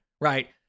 right